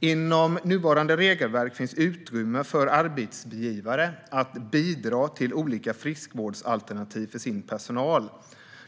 Inom nuvarande regelverk finns utrymme för arbetsgivare att bidra till olika friskvårdsalternativ för sin personal.